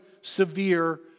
severe